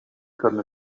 comme